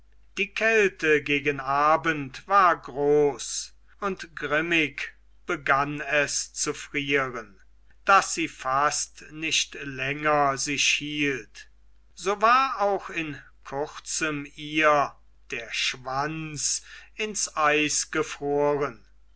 die kälte gegen abend war groß und grimmig begann es zu frieren daß sie fast nicht länger sich hielt so war auch in kurzem ihr der schwanz ins eis gefroren